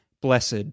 Blessed